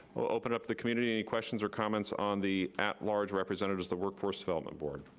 open up the community any questions or comments on the at-large representatives the workforce development board.